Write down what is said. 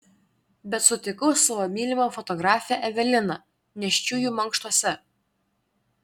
bet sutikau savo mylimą fotografę eveliną nėščiųjų mankštose